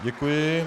Děkuji.